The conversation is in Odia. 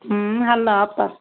ହଁ ହେଲୋ ଅପା